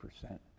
percent